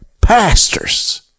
pastors